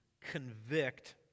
convict